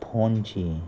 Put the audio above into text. Panaji